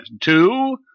Two